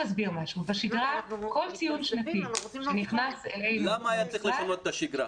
כל ציון שנתי שנכנס אלינו -- למה היה צריך לשנות את השגרה?